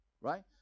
Right